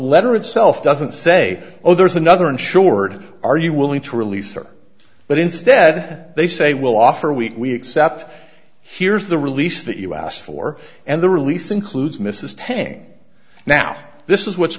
letter itself doesn't say oh there's another insured are you willing to release her but instead they say we'll offer we except here's the release that you asked for and the release includes mrs ten now this is what's